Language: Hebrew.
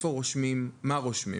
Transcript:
איפה רושמים ומה רושמים.